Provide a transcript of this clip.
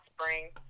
spring